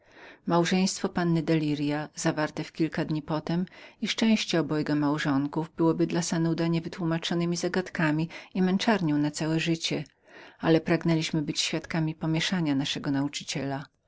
małżeństwo panny de lirias zaszłe w kilka dni potem i szczęście obojga małżonków byłyby dla sanuda niewytłumaczonemi zagadkami i męczarnią na całe życie ale pragnęliśmy być świadkami pomieszania naszego nauczyciela